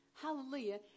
Hallelujah